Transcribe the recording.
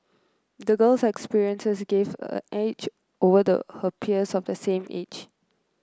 the girl's experiences gave her an edge over her peers of the same age